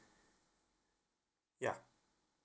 ya